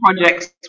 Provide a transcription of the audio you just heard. projects